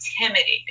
intimidating